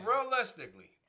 realistically